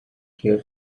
here